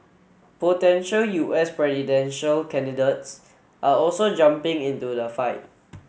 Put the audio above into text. potential U S presidential candidates are also jumping into the fight